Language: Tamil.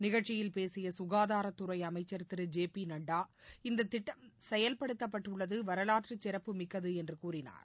நிகழ்ச்சியில் பேசிய சுகாதாரத் துறை அமைச்சர் திரு ஜே பி நட்டா இந்த திட்டம் செயல்படுத்தப்பட்டுள்ளது வரலாற்றுச் சிறப்புமிக்கது என்று கூறினார்